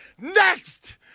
next